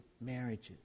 marriages